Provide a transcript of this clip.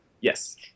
Yes